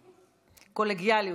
קולגיאליות.